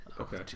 Okay